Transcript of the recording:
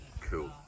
cool